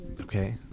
okay